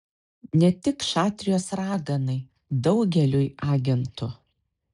ne tik šatrijos raganai daugeliui agentų